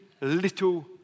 little